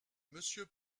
monsieur